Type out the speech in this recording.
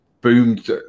boomed